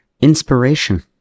inspiration